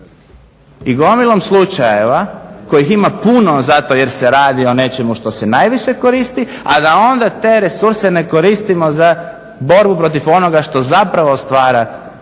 i gomilom slučajeva kojih ima puno zato jer se radi o nečemu što se najviše koristi, a da onda te resurse ne koristimo za borbu protiv onoga što zapravo stvara najveću